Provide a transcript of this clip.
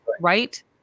right